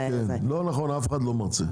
לא נכון, אף אחד לא מרצה.